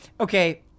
okay